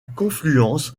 confluence